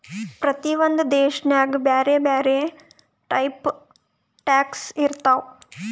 ಪ್ರತಿ ಒಂದ್ ದೇಶನಾಗ್ ಬ್ಯಾರೆ ಬ್ಯಾರೆ ಟೈಪ್ ಟ್ಯಾಕ್ಸ್ ಇರ್ತಾವ್